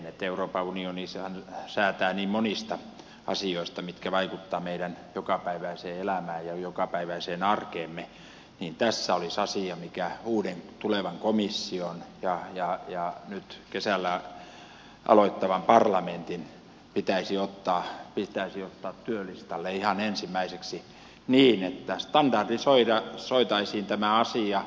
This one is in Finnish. kun euroopan unioni säätää niin monista asioista mitkä vaikuttavat meidän jokapäiväiseen elämäämme ja arkeemme niin tässä olisi asia mikä uuden tulevan komission ja nyt kesällä aloittavan parlamentin pitäisi ottaa työlistalle ihan ensimmäiseksi niin että standardisoitaisiin tämä asia